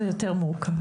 זה יותר מורכב.